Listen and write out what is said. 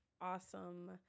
awesome